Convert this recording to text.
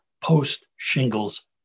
post-shingles